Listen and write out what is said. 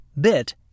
bit